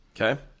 okay